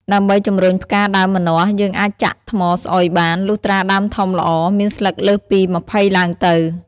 ដើម្បីជំរុញផ្កាដើមម្នាស់ យើងអាចចាក់ថ្មស្អុយបាន លុះត្រាដើមធំល្អ មានស្លឹកលើសពី ២០ឡើងទៅ។